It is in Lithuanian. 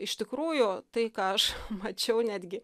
iš tikrųjų tai ką aš mačiau netgi